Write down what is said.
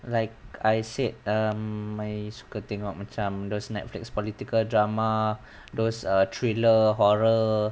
like I said um I suka tengok macam those netflix political drama those err thriller horror